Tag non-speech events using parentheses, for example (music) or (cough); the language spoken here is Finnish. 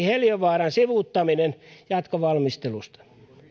(unintelligible) heliövaaran sivuuttaminen jatkovalmistelusta